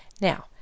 now